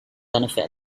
benefit